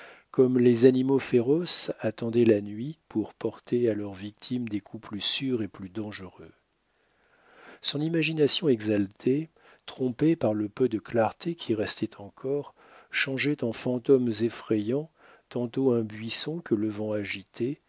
comme les animaux féroces attendaient la nuit pour porter à leurs victimes des coups plus sûrs et plus dangereux son imagination exaltée trompée par le peu de clarté qui restait encore changeait en fantômes effrayants tantôt un buisson que le vent agitait